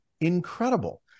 incredible